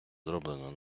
зроблено